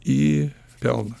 į pelną